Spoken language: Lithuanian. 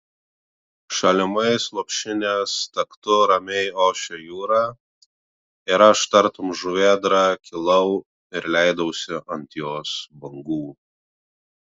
šalimais lopšinės taktu ramiai ošė jūra ir aš tartum žuvėdra kilau ir leidausi ant jos bangų